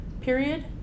period